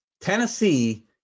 Tennessee